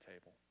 table